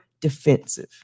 defensive